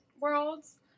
worlds